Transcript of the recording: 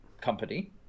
company